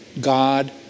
God